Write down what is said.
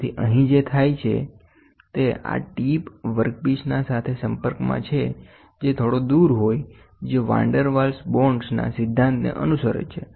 તેથી અહીં જે થાય છે તે છે આ tip વર્કપીસના સાથે સંપર્કમાં છે જે થોડો દૂર હોઈ જે Van der Waals bondના સિદ્ધાંતને અનુસરે છે